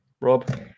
Rob